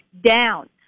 down